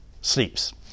sleeps